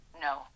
No